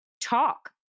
Talk